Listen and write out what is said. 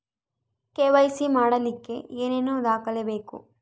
KYC ಮಾಡಲಿಕ್ಕೆ ಏನೇನು ದಾಖಲೆಬೇಕು?